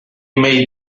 may